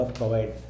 provide